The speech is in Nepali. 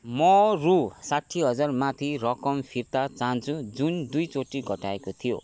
म रु साठी हजारमाथि रकम फिर्ता चाहन्छु जुन दुईचोटि घटाएको थियो